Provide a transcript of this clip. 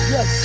Yes